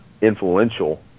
influential